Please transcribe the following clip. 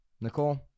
Nicole